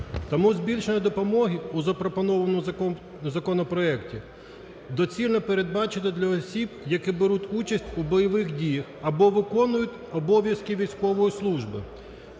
Тому збільшення допомоги у запропонованому законопроекті доцільно передбачити для осіб, які беруть участь у бойових діях або виконують обов'язки військової служби.